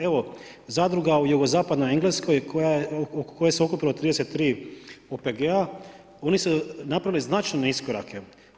Evo zadruga u Jugozapadnoj Engleskoj oko koje se okupilo 33 OPG-a oni su napravili značajne iskorake.